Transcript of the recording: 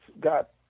got